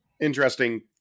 Interesting